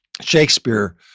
Shakespeare